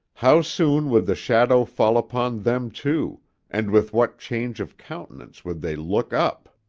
how soon would the shadow fall upon them too and with what change of countenance would they look up!